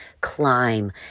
climb